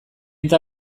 eta